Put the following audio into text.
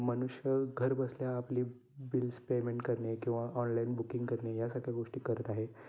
मनुष्य घरबसल्या आपली बिल्स पेमेंट करणे किंवा ऑनलाईन बुकिंग करणे या सगळ्या गोष्टी करत आहेत